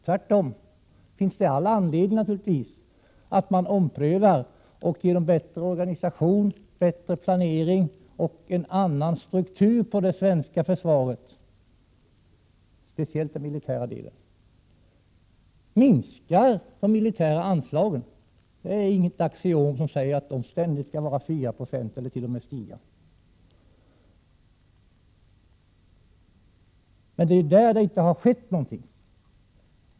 Tvärtom finns det naturligtvis all anledning att man omprövar och genom bättre organisation, bättre planering och en annan struktur på det svenska försvaret — speciellt den militära delen — minskar de Prot. 1987/88:131 militära anslagen. Det är inget axiom som säger att dessa ständigt skall uppgå 1 juni 1988 till4 96 ellert.o.m. stiga. Men det är ju här som det inte har skett någonting.